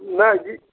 नहि जी